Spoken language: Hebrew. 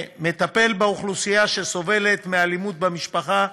מטפל באוכלוסייה שסובלת מאלימות במשפחה,